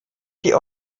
die